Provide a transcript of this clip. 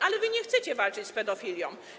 Ale wy nie chcecie walczyć w pedofilią.